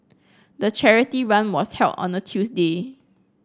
the charity run was held on a Tuesday